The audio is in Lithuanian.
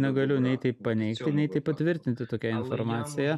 negaliu nei tai paneigti nei tai patvirtinti tokią informacija